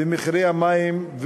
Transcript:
במחירי המים,